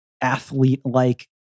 athlete-like